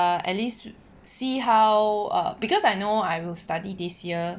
at least see how err because I know I will study this year